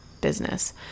business